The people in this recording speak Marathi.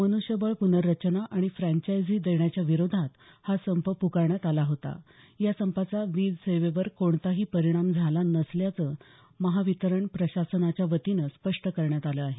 मन्ष्यबळ पुनर्रचना आणि फ्रॅन्चाईजी देण्याच्या विरोधात हा संप पुकारण्यात आला होता या संपाचा वीज सेवेवर कोणताही परिणाम झाला नसल्याचं महावितरण प्रशासनाच्या वतीनं स्पष्ट करण्यात आलं आहे